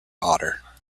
otter